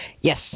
Yes